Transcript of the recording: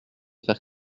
faire